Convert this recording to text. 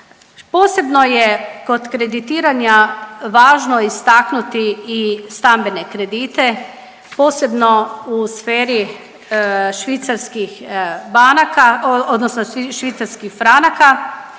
Posebno je kod kreditiranja važno istaknuti i stambene kredite, posebno u sferi švicarskih banaka, odnosno švicarskih franaka,